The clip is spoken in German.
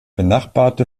benachbarte